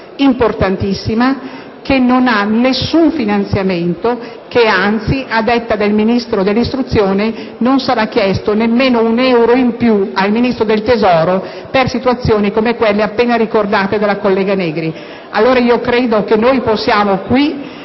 importantissima che non ha alcun finanziamento; anzi - a detta del Ministro dell'istruzione - non sarà chiesto nemmeno un euro in più al Ministro dell'economia per situazioni come quelle appena ricordate dalla collega Negri. Allora, credo che, con il